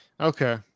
Okay